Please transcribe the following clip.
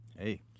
Hey